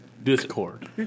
Discord